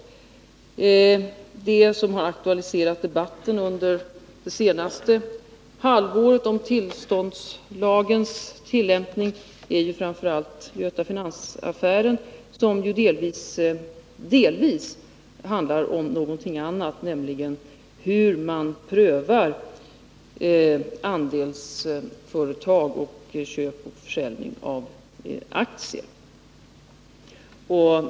Vad som under det senaste halvåret har aktualiserat debatten om tillståndslagens tillämpning är framför allt Göta Finans-affären, som delvis handlar om någonting annat, nämligen hur man prövar andelsföretags köp och försäljning av aktier.